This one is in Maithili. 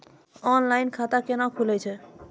ऑनलाइन खाता केना खुलै छै?